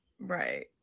right